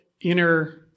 inner